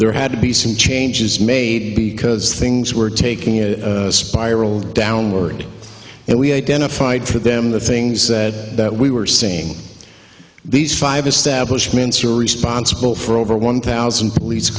there had to be some changes made because things were taking a spiral downward and we identified for them the things that we were seeing these five establishments are responsible for over one thousand police